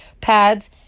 pads